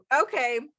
okay